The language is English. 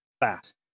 fast